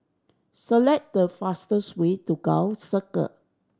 select the fastest way to Gul Circle